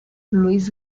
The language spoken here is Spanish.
luis